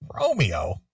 Romeo